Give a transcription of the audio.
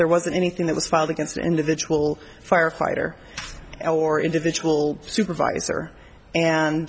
there wasn't anything that was filed against an individual firefighter or individual supervisor and